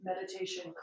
meditation